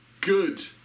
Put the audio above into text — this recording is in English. Good